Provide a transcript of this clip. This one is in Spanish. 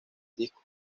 disco